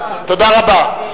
תודה רבה.